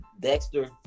Dexter